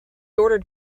ordered